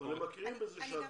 אבל מכירים בזה שאת דוקטור.